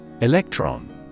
Electron